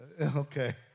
Okay